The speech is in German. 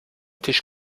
tisch